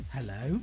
Hello